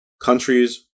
countries